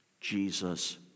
Jesus